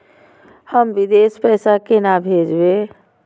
हम विदेश पैसा केना भेजबे?